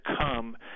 come